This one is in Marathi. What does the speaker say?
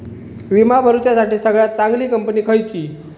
विमा भरुच्यासाठी सगळयात चागंली कंपनी खयची?